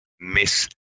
miss